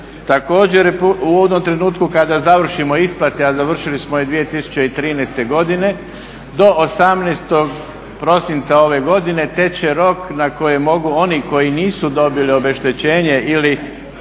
Također, u onom trenutku kada završimo isplate, a završili smo ih 2013. godine, do 18. prosinca ove godine teče rok na koji mogu oni koji nisu dobili obeštećenje ili